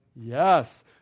Yes